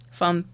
van